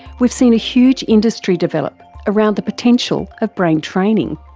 we've seen a huge industry develop around the potential of brain training.